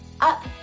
up